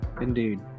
Indeed